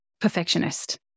perfectionist